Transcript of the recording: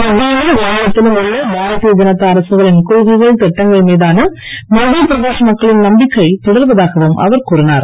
மத்தியிலும் மாநிலத்திலும் உள்ள பாரதிய ஜனதா அரசுகளின் கொள்கைகள் திட்டங்கள் மீதான மத்திய பிரதேஷ் மக்களின் நம்பிக்கை தொடர்வதாகவும் அவர் கூறினார்